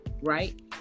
right